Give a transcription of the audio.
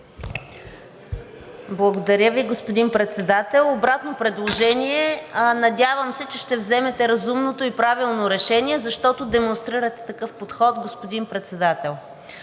Благодаря Ви, господин Председател. Правя обратно предложение. Надявам се, че ще вземете разумното и правилно решение, защото демонстрирате такъв подход, господин Председател.